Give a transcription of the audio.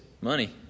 money